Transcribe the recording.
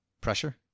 Pressure